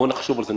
בואו נחשוב על זה,